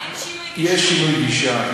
שינוי גישה.